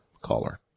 caller